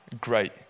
Great